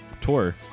tour